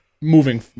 moving